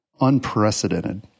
Unprecedented